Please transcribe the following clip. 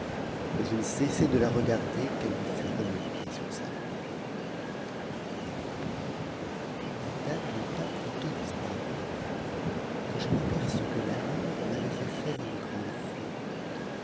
et je ne cessai de la regarder qu'elle ne fût remontée sur sa mule la dame n'eut pas plus tôt disparu que je m'aperçus que l'amour m'avait fait faire une grande faute